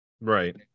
right